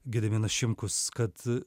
gediminas šimkus kad